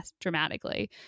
dramatically